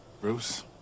Bruce